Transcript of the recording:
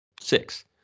Six